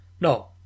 No